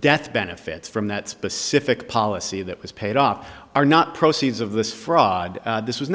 death benefits from that specific policy that was paid off are not proceeds of this fraud this was